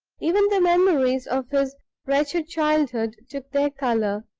even the memories of his wretched childhood took their color,